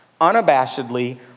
unabashedly